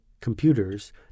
computers